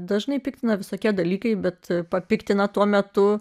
dažnai piktina visokie dalykai bet papiktina tuo metu